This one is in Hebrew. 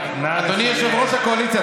אדוני יושב-ראש הקואליציה,